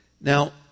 Now